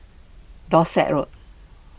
Dorset Road